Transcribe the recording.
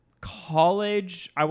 college